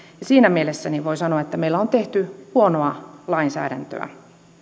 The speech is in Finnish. siinä mielessä voi sanoa että meillä on tehty huonoa lainsäädäntöä